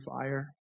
fire